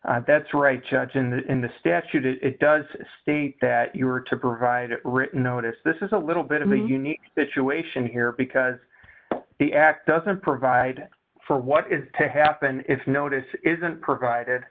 not that's right judge in the statute it does state that you were to provide a written notice this is a little bit of a unique situation here because the act doesn't provide for what is to happen if notice isn't provided